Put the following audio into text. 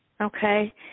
Okay